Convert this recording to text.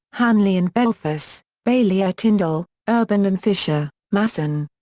hanley and belfus, bailliere-tindall, urban and fischer, masson.